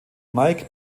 mike